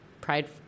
pride